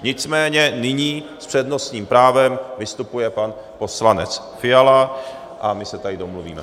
Nicméně nyní s přednostním právem vystupuje pan poslanec Fiala a my se tady domluvíme.